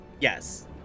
yes